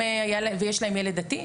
ויש להם ילד דתי,